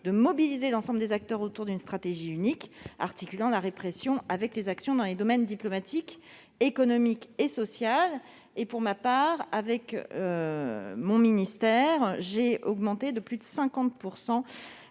de mobiliser l'ensemble des acteurs autour d'une stratégie unique, en articulant la répression avec des actions dans les domaines diplomatique, économique et social. J'ajoute que mon ministère finance l'augmentation de plus de 50